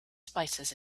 spices